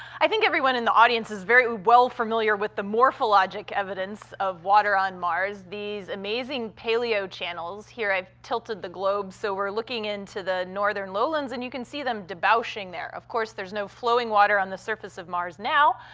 i think everyone in the audience is very well familiar with the morphologic evidence of water of mars. these amazing paleochannels. here i've tilted the globe so we're looking into the northern lowlands, and you can see them debauching there. of course, there's no flowing water on the surface of mars now.